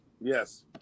Yes